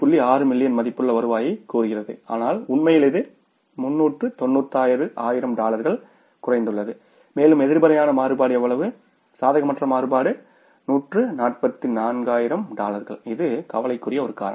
6 million மதிப்புள்ள வருவாயைக் கூறுகிறது ஆனால் உண்மையில் இது 396 ஆயிரம் டாலர்களாக குறைந்துள்ளது மேலும் எதிர்மறையான மாறுபாடு எவ்வளவு சாதகமற்ற மாறுபாடு 144 ஆயிரம் டாலர்கள் இது கவலைக்கு ஒரு காரணம்